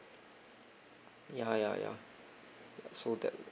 ya ya ya so that